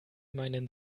meinen